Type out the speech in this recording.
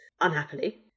unhappily